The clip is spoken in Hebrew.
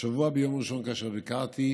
ביום ראשון השבוע,